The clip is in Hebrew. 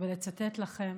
ולצטט לכם,